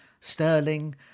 Sterling